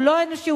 הוא לא אנושי,